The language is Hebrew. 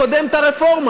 לקדם את הרפורמה.